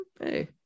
Hey